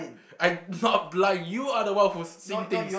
I not blind you are the one who's seeing things